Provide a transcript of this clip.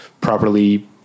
properly